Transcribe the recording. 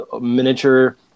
miniature